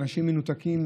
אנשים מנותקים,